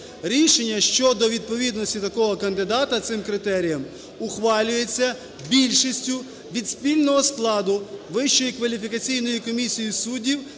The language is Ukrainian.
Рішення щодо відповідності такого кандидата цим критеріям ухвалюється більшістю від спільного складу Вищої